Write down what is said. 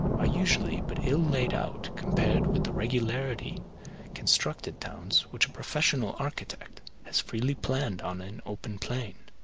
are usually but ill laid out compared with the regularity constructed towns which a professional architect has freely planned on an open plain